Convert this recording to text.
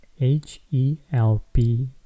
H-E-L-P